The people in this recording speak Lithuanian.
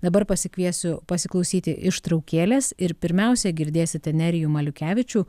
dabar pasikviesiu pasiklausyti ištraukėlės ir pirmiausia girdėsite nerijų maliukevičių